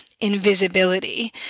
Invisibility